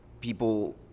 people